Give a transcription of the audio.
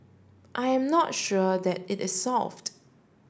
I am not sure that it is solved